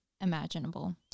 imaginable